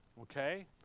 okay